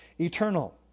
eternal